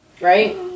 right